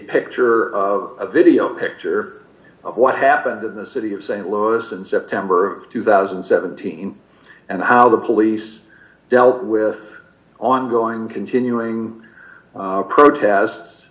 picture of a video picture of what happened in the city of st louis in september of two thousand and seventeen and how the police dealt with ongoing continuing protest